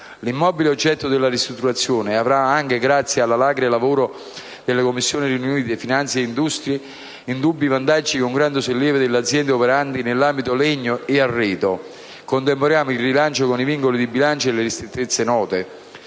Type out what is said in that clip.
L'immobile oggetto della ristrutturazione, anche grazie all'alacre lavoro delle Commissioni riunite finanze e industria, avrà indubbi vantaggi, con grande sollievo delle aziende operanti nel comparto legno e arredo. Contemperiamo il rilancio con i vincoli di bilancio e le ristrettezze note.